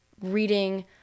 reading